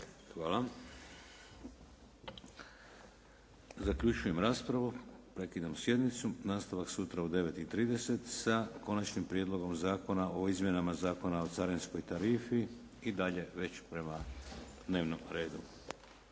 Hvala. Zaključujem raspravu. Prekidam sjednicu. Nastavak sutra u 9,30 sa Konačnim prijedlogom zakona o izmjenama Zakona o carinskoj tarifi i dalje već prema dnevnom redu.